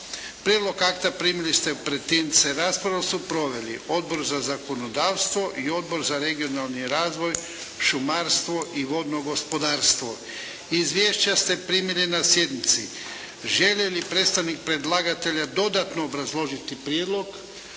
Prijedlog akta primili ste u pretince. Raspravu su proveli Odbor za zakonodavstvo i Odbor za regionalni razvoj, šumarstvo i vodno gospodarstvo. Izvješća ste primili na sjednici. Želi li predstavnik predlagatelja dodatno obrazložiti prijedlog?